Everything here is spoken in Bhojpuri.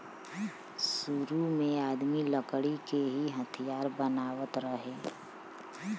सुरु में आदमी लकड़ी के ही हथियार बनावत रहे